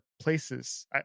places